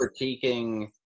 critiquing